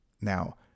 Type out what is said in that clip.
Now